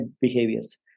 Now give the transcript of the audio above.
behaviors